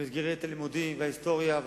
במסגרת הלימודים וההיסטוריה,